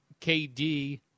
KD